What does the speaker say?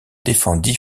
défendit